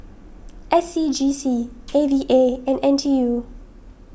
S C G C A V A and N T U